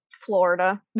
Florida